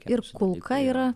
ir kulka yra